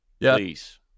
Please